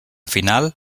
final